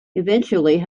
eventually